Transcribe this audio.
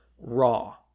raw